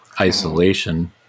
isolation